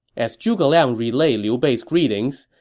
as zhuge liang relayed liu bei's greetings,